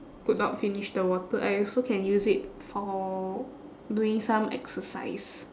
could not finish the water I also can use it for doing some exercise